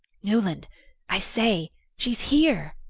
newland i say she's here!